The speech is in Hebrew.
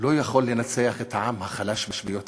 לא יכול לנצח את העם החלש ביותר,